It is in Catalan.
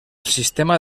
sistema